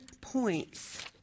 points